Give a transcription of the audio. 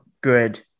good